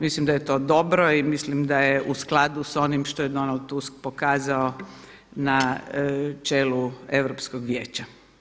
Mislim da je to dobro i mislim da je u skladu s onim što je Donald Tusk pokazao na čelu Europskog vijeća.